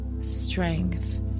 strength